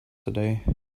today